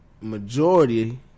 majority